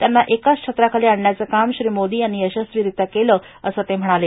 त्यांना एकाच छत्राखाली आणण्याचं काम श्री मोदी यांनी यशस्वीरित्या केलं असं ते म्हणाले